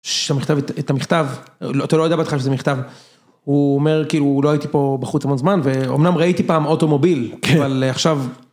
שאת המכתב... את המכתב, אתה לא יודע בהתחלה שזה מכתב, הוא אומר, כאילו, לא הייתי פה בחוץ המון זמן, ואומנם ראיתי פעם אוטומוביל, אבל עכשיו...